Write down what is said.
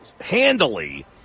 handily